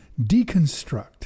deconstruct